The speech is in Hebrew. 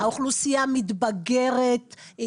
האוכלוסייה מתבגרת.